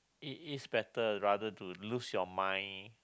it it's better rather to lose your mind